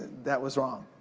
that was wrong.